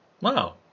Wow